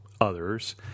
others